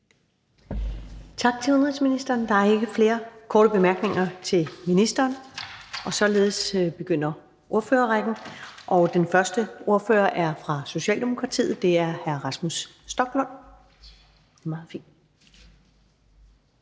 Tak til udenrigsministeren. Der er ikke flere korte bemærkninger til ministeren. Således begynder ordførerrækken, og den første ordfører er fra Socialdemokratiet, og det er hr. Rasmus Stoklund. Kl.